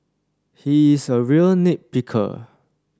he is a real nit picker